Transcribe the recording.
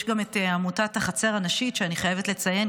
יש גם את עמותת החצר הנשית שאני חייבת לציין,